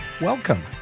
Welcome